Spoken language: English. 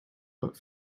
but